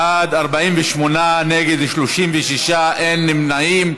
בעד, 48, נגד, 36, אין נמנעים.